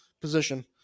position